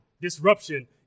disruption